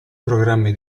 programmi